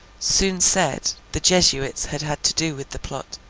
soon said the jesuits had had to do with the plot,